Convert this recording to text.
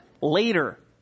Later